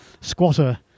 squatter